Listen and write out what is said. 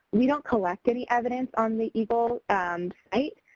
we don't collect any evidence on the eagle and site,